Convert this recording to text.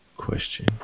question